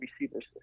receivers